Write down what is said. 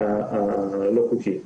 הלא חוקי.